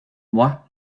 moi